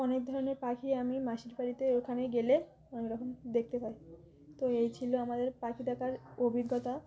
অনেক ধরনের পাখি আমি মাসির বাড়িতে ওখানে গেলে আমি একম দেখতে পাই তো এই ছিল আমাদের পাখি দেখার অভিজ্ঞতা